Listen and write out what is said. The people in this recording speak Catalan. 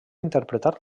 interpretar